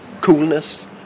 coolness